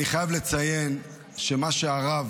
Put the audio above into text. אני חייב לציין את מה שהרב